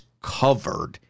covered